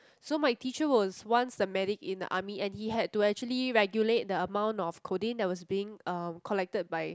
so my teacher was once the medic in the army and he had to actually regulate the amount of codeine that was being um collected by